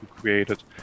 created